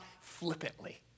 flippantly